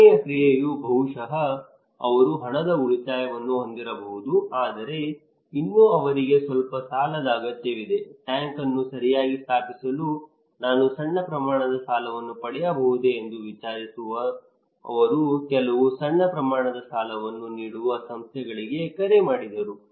ಕೊನೆಯ ಕ್ರಿಯೆಯು ಬಹುಶಃ ಅವರು ಹಣದ ಉಳಿತಾಯವನ್ನು ಹೊಂದಿರಬಹುದು ಆದರೆ ಇನ್ನೂ ಅವರಿಗೆ ಸ್ವಲ್ಪ ಸಾಲದ ಅಗತ್ಯವಿದೆ ಟ್ಯಾಂಕ್ ಅನ್ನು ಸರಿಯಾಗಿ ಸ್ಥಾಪಿಸಲು ನಾನು ಸಣ್ಣ ಪ್ರಮಾಣದ ಸಾಲವನ್ನು ಪಡೆಯಬಹುದೇ ಎಂದು ವಿಚಾರಿಸಲು ಅವರು ಕೆಲವು ಸಣ್ಣ ಪ್ರಮಾಣದ ಸಾಲವನ್ನು ನೀಡುವ ಸಂಸ್ಥೆಗಳಿಗೆ ಕರೆ ಮಾಡಿದರು